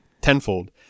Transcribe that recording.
tenfold